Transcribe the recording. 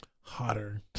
Hotter